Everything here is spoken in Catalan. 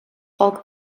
folk